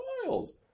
styles